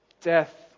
Death